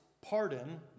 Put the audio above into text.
pardon